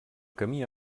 camí